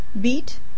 Beat